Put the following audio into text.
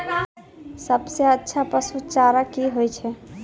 सबसे अच्छा पसु चारा की होय छै?